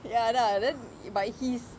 ya அதான்:athaan but his